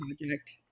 project